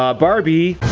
um barbi